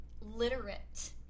literate